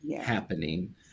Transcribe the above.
happening